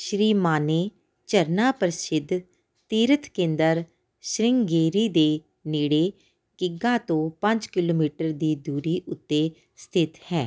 ਸਿਰੀਮਾਨੇ ਝਰਨਾ ਪ੍ਰਸਿੱਧ ਤੀਰਥ ਕੇਂਦਰ ਸ੍ਰਿੰਗੇਰੀ ਦੇ ਨੇੜੇ ਕਿਗਾ ਤੋਂ ਪੰਜ ਕਿਲੋਮੀਟਰ ਦੀ ਦੂਰੀ ਉੱਤੇ ਸਥਿਤ ਹੈ